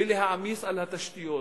ולהעמיס על התשתיות,